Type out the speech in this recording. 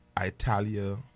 Italia